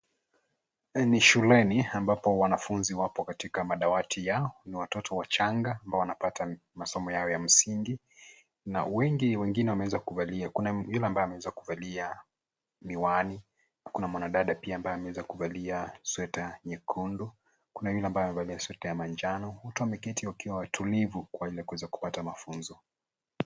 Ni shuleni, ambapo wanafunzi wako katika madawati yao, ni watoto wachanga ambao wanapata masomo yao ya msingi, na wengi wengine wameweza kuvalia. Kuna mwengine ambaye ameweza kuvalia miwani na kuna mwanadada pia ambaye ameweza kuvalia sweta nyekundu, kuna mwingine amevalia sweta ya majano. Wote wameketi akiwa watulivu kwa ili ya kuweza kupata mafunzo.